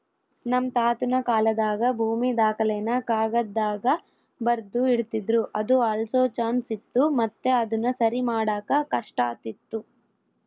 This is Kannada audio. ನಮ್ ತಾತುನ ಕಾಲಾದಾಗ ಭೂಮಿ ದಾಖಲೆನ ಕಾಗದ್ದಾಗ ಬರ್ದು ಇಡ್ತಿದ್ರು ಅದು ಅಳ್ಸೋ ಚಾನ್ಸ್ ಇತ್ತು ಮತ್ತೆ ಅದುನ ಸರಿಮಾಡಾಕ ಕಷ್ಟಾತಿತ್ತು